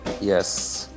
Yes